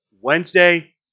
Wednesday